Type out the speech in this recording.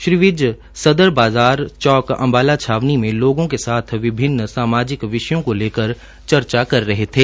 श्री विज सदर बाजार चौक अम्बाला छावनी में लोगों के साथ विभिन्न सामाजिक विषयों को लेकर चर्चा कर रहे थे